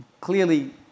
Clearly